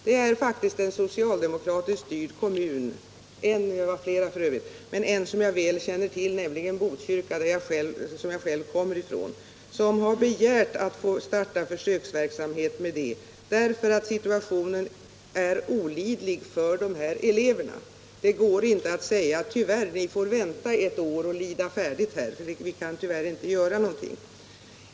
Det är faktiskt bl.a. en socialdemokratiskt styrd kommun, som jag väl känner till och själv kommer ifrån, som har begärt att få starta försöksverksamhet med anpassad studiegång därför att situationen är olidlig för de här eleverna. Det går inte att säga: Tyvärr, ni får vänta ett år och lida färdigt — vi kan inte göra någonting.